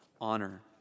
honor